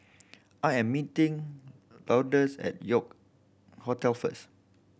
I am meeting Lourdes at York Hotel first